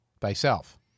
thyself